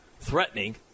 threatening